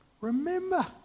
Remember